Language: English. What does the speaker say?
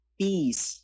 peace